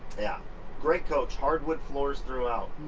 yeah great coach, hardwood floors throughout.